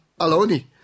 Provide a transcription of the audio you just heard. aloni